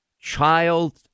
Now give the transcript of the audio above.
child